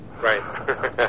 Right